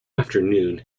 afternoon